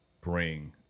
bring